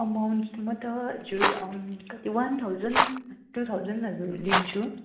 amount म त हजुर कति वान थाउजन टू थाउजनहरू लिन्छु